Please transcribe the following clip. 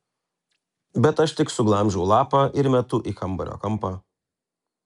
bet aš tik suglamžau lapą ir metu į kambario kampą